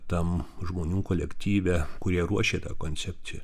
tam žmonių kolektyve kurie ruošė tą koncepciją